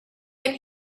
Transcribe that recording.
can